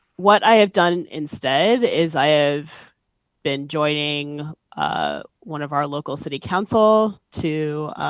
what i have done instead is i ah have been joining ah one of our local city council to